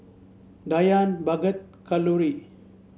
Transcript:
Dhyan Bhagat Kalluri